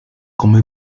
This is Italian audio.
come